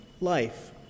life